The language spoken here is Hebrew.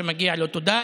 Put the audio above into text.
שמגיעה לו תודה,